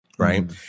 Right